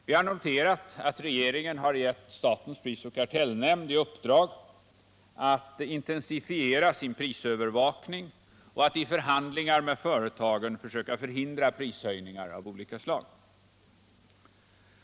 Vi har noterat att regeringen har gett statens prisoch kartellnämnd i uppdrag att intensifiera sin prisövervakning och att i förhandlingar med företagen försöka förhindra prishöjningar av olika slag.